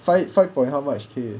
five point how much K